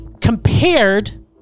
compared